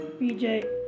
BJ